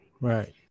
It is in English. right